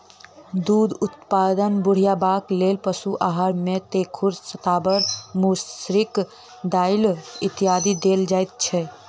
दूधक उत्पादन बढ़यबाक लेल पशुक आहार मे तेखुर, शताबर, मसुरिक दालि इत्यादि देल जाइत छै